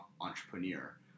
entrepreneur